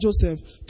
Joseph